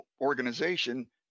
organization